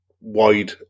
wide